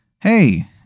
hey